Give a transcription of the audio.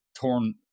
torn